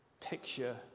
picture